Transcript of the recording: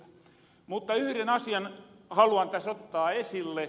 mutta yhren asian haluan täs ottaa esille